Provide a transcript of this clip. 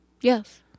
Yes